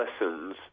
lessons